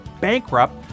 bankrupt